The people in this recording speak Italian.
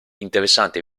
interessanti